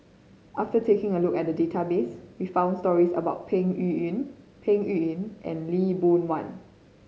after taking a look at the database we found stories about Peng Yuyun Peng Yuyun and Lee Boon Wang